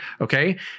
Okay